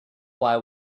why